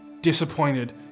disappointed